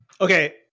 Okay